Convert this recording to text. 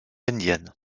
indienne